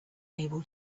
able